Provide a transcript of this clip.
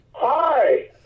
Hi